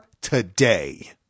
today